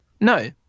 no